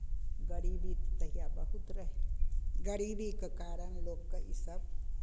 गरीबी तहिया बहुत रहय गरीबीके कारण लोकके इसभ